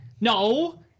no